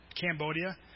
Cambodia